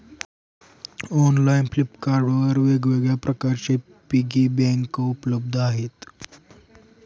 online Flipkart वर वेगवेगळ्या प्रकारचे पिगी बँक उपलब्ध आहेत